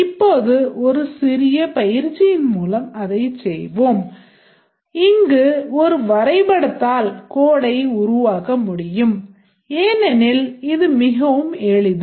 இப்போது ஒரு சிறிய பயிற்சியின் மூலம் அதைச் செய்வோம் இங்கு ஒரு வரைபடத்தால் codeடை உருவாக்க முடியும் ஏனெனில் இது மிகவும் எளிது